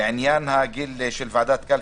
לעניין הגיל של חברי ועדת קלפי,